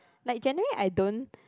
like generally I don't